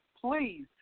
please